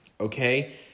okay